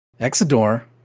Exodore